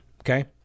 okay